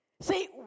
See